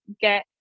get